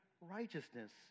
righteousness